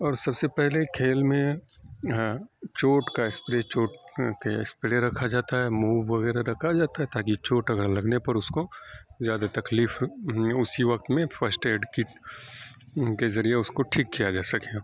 اور سب سے پہلے کھیل میں ہاں چوٹ کا اسپرے چوٹ کے اسپرے رکھا جاتا ہے موو وغیرہ رکھا جاتا ہے تاکہ چوٹ اگر لگنے پر اس کو زیادہ تکلیف اسی وقت میں فرسٹ ایڈ کٹ کے ذریعے اس کو ٹھیک کیا جا سکے